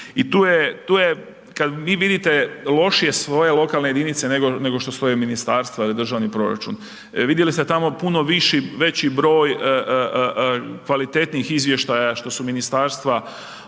I tu je kada vi vidite lošije svoje lokalne jedinice nego što stoje ministarstva ili državni proračun. Vidjeli ste tamo puno viši, veći broj kvalitetnijih izvještaja što su ministarstva